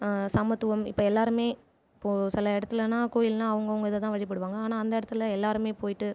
சமத்துவம் இப்போ எல்லாருமே இப்போ சில இடத்துலனா கோவில்ன்னா அவங்க அவங்க இதைதான் வழிபடுவாங்க ஆனால் அந்த இடத்துல எல்லாருமே போய்விட்டு